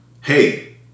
Hey